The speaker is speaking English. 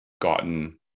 gotten